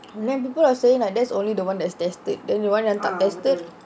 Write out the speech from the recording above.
and then people are saying like that's only the one that's tested then the one yang tak tested